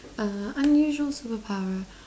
a unusual superpower